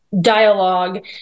dialogue